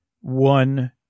One